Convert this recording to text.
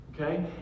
Okay